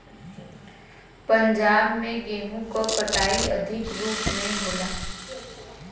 पंजाब में गेंहू क कटाई अधिक रूप में होला